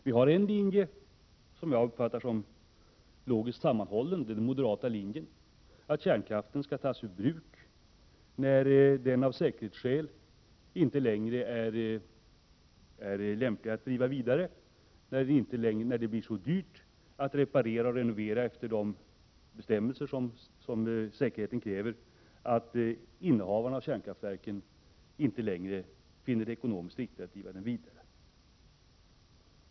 Den moderata linjen går ut på att kärnkraften skall tas ur bruk först när den av säkerhetsskäl inte längre är lämplig att driva vidare, dvs. när det blir så dyrt att reparera och renovera reaktorerna att innehavarna av kärnkraftverken inte längre finner det ekonomiskt riktigt att driva dem vidare.